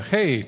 Hey